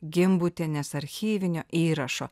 gimbutienės archyvinio įrašo